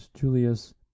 Julius